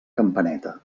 campaneta